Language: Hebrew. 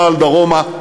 צה"ל דרומה,